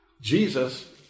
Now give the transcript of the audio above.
Jesus